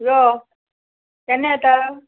यो केन्ना येता